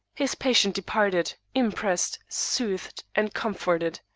his patient departed, impressed, soothed and comforted.